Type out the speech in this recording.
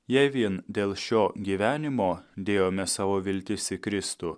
jei vien dėl šio gyvenimo dėjome savo viltis į kristų